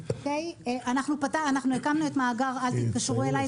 אנחנו הקמנו את מאגר "אל תתקשרו אליי",